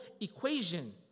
equation